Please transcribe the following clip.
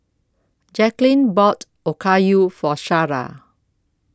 Jaclyn bought Okayu For Shara